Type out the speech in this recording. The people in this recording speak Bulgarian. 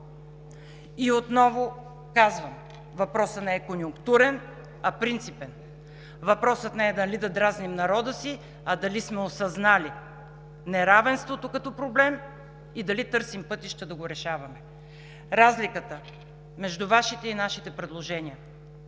И отново казвам: въпросът не е конюнктурен, а принципен; въпросът не е дали да дразним народа си, а дали сме осъзнали неравенството като проблем и дали търсим пътища да го решаваме. Разликата между Вашите и нашите предложения: